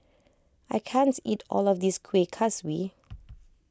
I can't eat all of this Kueh Kaswi